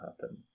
happen